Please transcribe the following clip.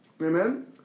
Amen